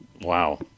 Wow